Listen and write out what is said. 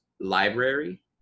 library